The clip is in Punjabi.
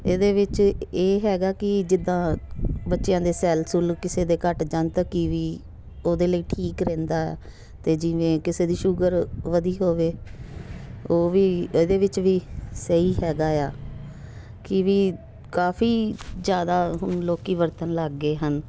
ਇਹਦੇ ਵਿੱਚ ਇਹ ਹੈਗਾ ਕਿ ਜਿੱਦਾਂ ਬੱਚਿਆਂ ਦੇ ਸੈੱਲ ਸੁੱਲ ਕਿਸੇ ਦੇ ਘੱਟ ਜਾਣ ਤਾਂ ਕੀਵੀ ਉਹਦੇ ਲਈ ਠੀਕ ਰਹਿੰਦਾ ਅਤੇ ਜਿਵੇਂ ਕਿਸੇ ਦੀ ਸ਼ੂਗਰ ਵਧੀ ਹੋਵੇ ਉਹ ਵੀ ਇਹਦੇ ਵਿੱਚ ਵੀ ਸਹੀ ਹੈਗਾ ਆ ਕੀਵੀ ਕਾਫੀ ਜ਼ਿਆਦਾ ਹੁਣ ਲੋਕ ਵਰਤਣ ਲੱਗ ਗਏ ਹਨ